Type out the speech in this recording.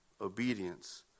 obedience